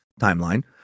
timeline